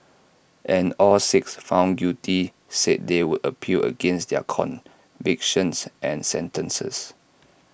and all six found guilty said they would appeal against their convictions and sentences